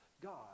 God